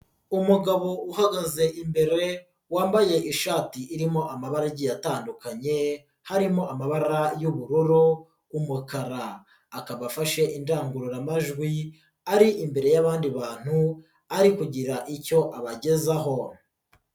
Umugabo uhagaze imbere wambaye ishati irimo amabara agiye atandukanye harimo amabara y'ubururu, umukara, akaba afashe indangururamajwi ari imbere y'abandi bantu ari kugira icyo abagezaho.